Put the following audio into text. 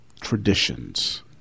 traditions